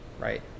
right